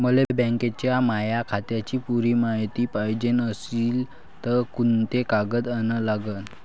मले बँकेच्या माया खात्याची पुरी मायती पायजे अशील तर कुंते कागद अन लागन?